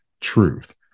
truth